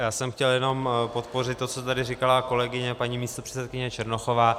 Já jsem chtěl jenom podpořit to, co tady říkala kolegyně paní místopředsedkyně Černochová.